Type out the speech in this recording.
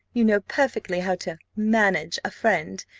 you know perfectly how to manage a friend,